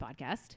podcast